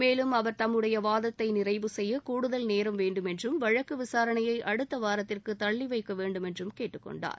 மேலும் அவர் தம்னுடைய வாதத்தை நிறைவு செய்ய கூடுதல் நேரம் வேண்டும் என்றும் வழக்கு விசாரணையை அடுத்த வாரத்திற்கு தள்ளிவைக்க வேண்டும் என்றும் கேட்டுக்கொண்டார்